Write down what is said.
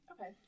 Okay